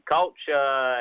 culture